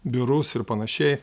biurus ir panašiai